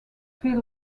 phil